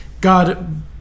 God